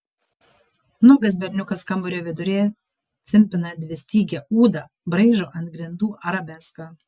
nuogas berniukas kambario viduryje cimpina dvistygę ūdą braižo ant grindų arabeską